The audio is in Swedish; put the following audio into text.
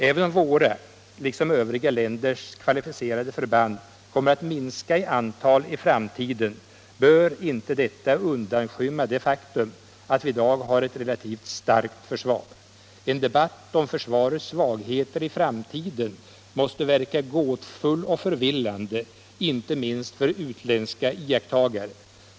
Även om våra - liksom övriga länders — kvalificerade förband kommer att minska i antal i framtiden, bör inte detta undanskymma det faktum att vi i dag har ett relativt starkt försvar. En debatt om försvarets svagheter i framtiden måste verka gåtfull och förvillande, inte minst för utländska iakttagare.